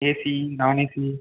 ac non ac